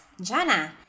Jana